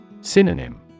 Synonym